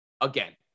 Again